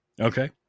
Okay